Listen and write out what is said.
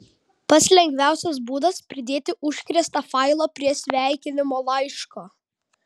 pats lengviausias būdas pridėti užkrėstą failą prie sveikinimo laiško